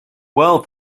well